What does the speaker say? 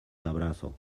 abrazo